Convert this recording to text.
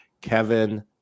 Kevin